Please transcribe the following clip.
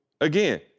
again